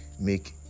make